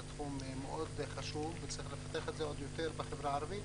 זה תחום מאוד חשוב וצריך לפתח את זה עוד יותר בחברה הערבית,